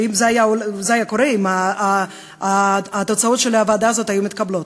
מה שהיה קורה אם ההמלצות של הוועדה הזאת היו מתקבלות.